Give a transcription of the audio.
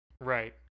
right